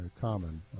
common